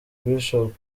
bishop